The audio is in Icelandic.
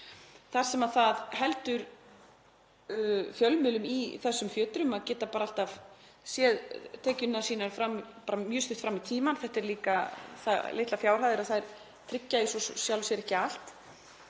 þar sem það heldur fjölmiðlum í þeim fjötrum að geta bara alltaf séð tekjurnar sínar mjög stutt fram í tímann. Þetta eru líka það litlar fjárhæðir að þær tryggja í sjálfu sér ekki allt.